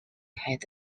had